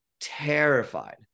terrified